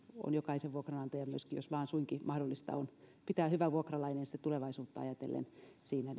myöskin jokaisen vuokranantajan etu jos vain suinkin mahdollista on pitää hyvä vuokralainen tulevaisuutta ajatellen siinä